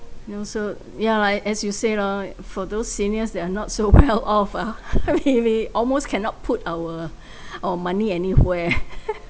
you know so yeah like as you say lor for those seniors that are not so well off ah really almost cannot put our our money anywhere